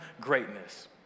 greatness